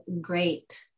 great